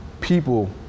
people